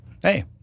hey